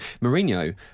Mourinho